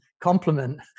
compliment